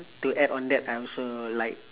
to add on that I also like